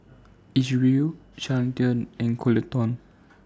Isreal Carleton and Coleton